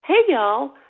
hey, y'all.